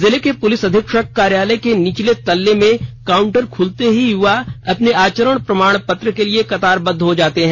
जिले के पुलिस अधीक्षक कार्यालय के निचले तल्ले में काउंटर खुलते ही युवा अपने आचरण प्रमाण पत्र के लिए कतारबद्व हो जाते हैं